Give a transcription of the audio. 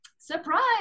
Surprise